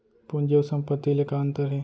पूंजी अऊ संपत्ति ले का अंतर हे?